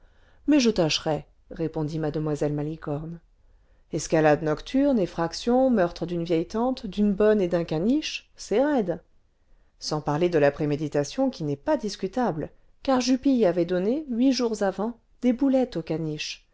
mais je tâcherai répondit mle malicorne escalade nocturne effraction meurtre d'une vieille tante d'une bonne et d'un caniche c'est raide sans parler de la préméditation qui n'est pas discutable car jupille avait donné huit jours avant des